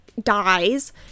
dies